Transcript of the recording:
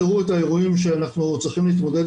תראו את האירועים שאנחנו צריכים להתמודד